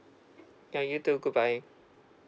ya you too good bye